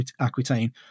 Aquitaine